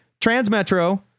Transmetro